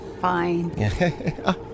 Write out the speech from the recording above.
Fine